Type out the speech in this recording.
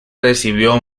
recibió